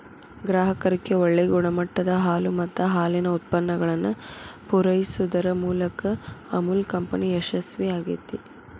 ಗ್ರಾಹಕರಿಗೆ ಒಳ್ಳೆ ಗುಣಮಟ್ಟದ ಹಾಲು ಮತ್ತ ಹಾಲಿನ ಉತ್ಪನ್ನಗಳನ್ನ ಪೂರೈಸುದರ ಮೂಲಕ ಅಮುಲ್ ಕಂಪನಿ ಯಶಸ್ವೇ ಆಗೇತಿ